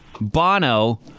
Bono